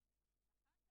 במסגרת